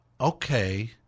okay